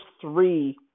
three